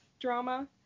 drama